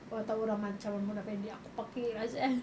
oh atau orang macam mona fandey aku pekik lah [sial]